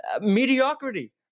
mediocrity